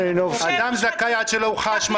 אדם זכאי עד שלא הוכחה אשמתו.